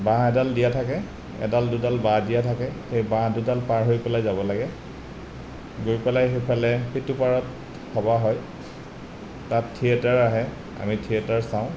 বাঁহ এডাল দিয়া থাকে এডাল দুডাল বাঁহ দিয়া থাকে সেই বাঁহ দুডাল পাৰ হৈ পেলাই যাব লাগে গৈ পেলাই সেইফালে সিটো পাৰত সভা হয় তাত থিয়েটাৰ আহে আমি থিয়েটাৰ চাওঁ